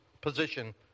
position